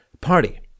Party